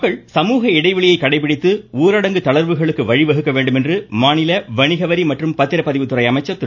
மக்கள் சமூக இடைவெளியை கடைபிடித்து ஊரடங்கு தளர்வுகளுக்கு வழிவகுக்க வேண்டும் என மாநில வணிக வரி மற்றும் பத்திரப்பதிவுத்துறை அமைச்சர் திரு